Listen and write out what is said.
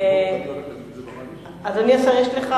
אדוני השר,